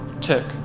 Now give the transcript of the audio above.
tick